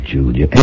Julia